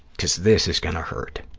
because this is going to hurt.